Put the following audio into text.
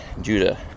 Judah